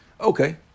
Okay